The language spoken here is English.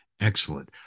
Excellent